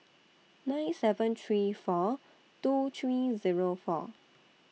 nine seven three four two three Zero four